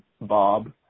Bob